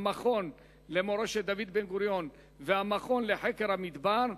המכון למורשת דוד בן-גוריון והמכון לחקר המדבר,